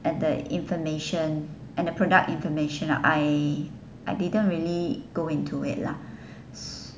and the information and the product information uh I I didn't really go into it lah